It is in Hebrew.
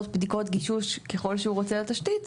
בדיקות גישוש לתשתית ככל שהוא רוצה,